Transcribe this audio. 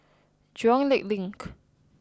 Jurong Lake Link